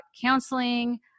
counseling